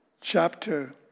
chapter